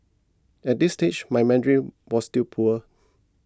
at this stage my Mandarin was still poor